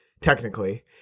technically